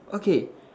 okay